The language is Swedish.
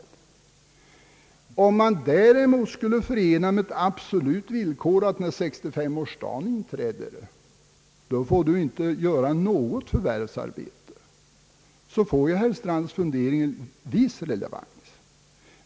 Om det däremot är ett absolut villkor att ingen efter 65-årsdagen får ha något förvärvsarbete, får herr Strands funderingar en viss relevans.